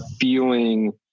feeling